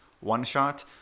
one-shot